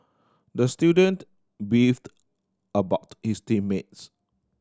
the student beefed about his team mates